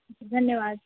ठीक है धन्यवाद